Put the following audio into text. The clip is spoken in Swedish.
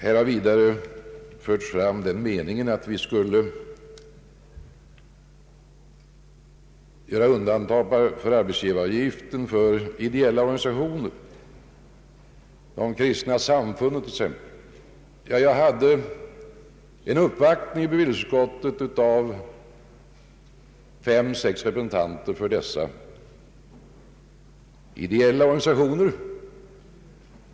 Här har vidare förts fram den meningen att vi skulle göra undantag i fråga om arbetsgivaravgiften för ideella organisationer, t.ex. de kristna samfunden. Jag fick motta en uppvaktning i bevillningsutskottet av fem sex representanter för dessa ideella organisationer.